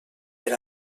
per